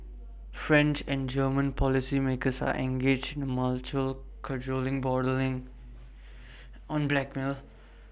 French and German policymakers are engaged in mutual cajoling bordering on blackmail